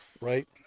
right